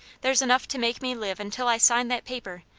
there's enough to make me live until i sign that paper,